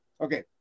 okay